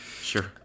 Sure